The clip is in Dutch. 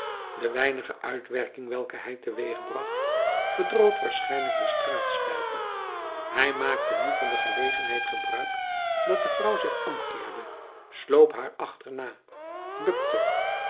de weinige uitwerking welke hij te weeg bracht verdroot waarschijnlijk den straatslijper hij maakte nu van de gelegenheid gebruik dat de vrouw zich omkeerde sloop haar achterna bukte